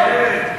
לא, לא.